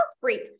freak